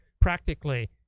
Practically